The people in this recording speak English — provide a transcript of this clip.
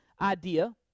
idea